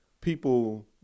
people –